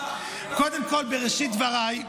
קודם כול, בראשית דבריי,